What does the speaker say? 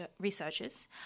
researchers